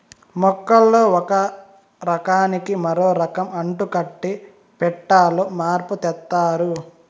మొక్కల్లో ఒక రకానికి మరో రకం అంటుకట్టి పెట్టాలో మార్పు తెత్తారు